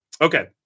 Okay